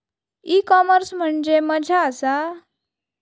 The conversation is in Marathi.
ई कॉमर्स म्हणजे मझ्या आसा?